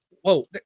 whoa